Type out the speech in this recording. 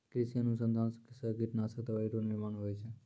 कृषि अनुसंधान से कीटनाशक दवाइ रो निर्माण हुवै छै